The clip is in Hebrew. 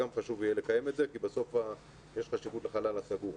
גם זה חשוב לקיים את זה כי בסוף יש חשיבות לחלל הסגור.